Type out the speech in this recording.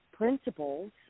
Principles